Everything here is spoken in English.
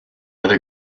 other